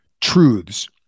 truths